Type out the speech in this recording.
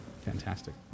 Fantastic